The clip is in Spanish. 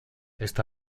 esta